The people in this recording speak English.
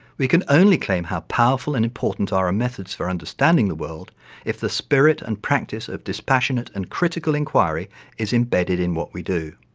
we can only claim how powerful and important are our methods for understanding the world if the spirit and practice of dispassionate and critical inquiry is embedded in what we do.